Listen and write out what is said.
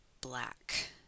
black